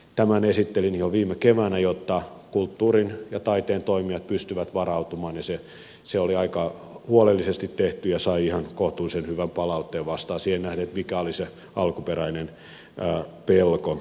tämän esittelin jo viime keväänä jotta kulttuurin ja taiteen toimijat pystyvät varautumaan ja se oli aika huolellisesti tehty ja sai ihan kohtuullisen hyvän palautteen vastaan siihen nähden mikä oli se alkuperäinen pelko